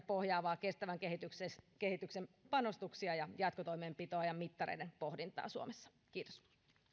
pohjaavia kestävän kehityksen kehityksen panostuksia ja jatkotoimenpiteitä ja mittareiden pohdintaa suomessa kiitos